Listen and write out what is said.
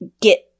get